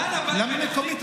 למה מקומית,